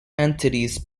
entities